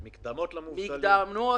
מקדמות,